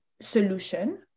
solution